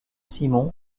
simon